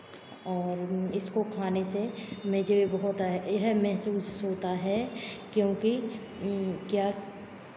और इसको खाने से मुझे होता है यह महसूस होता है क्योंकी क्या